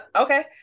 okay